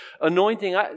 anointing